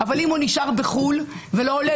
אבל אם הוא נשאר בחו"ל ולא עולה,